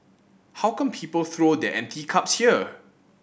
how come people throw their empty cups here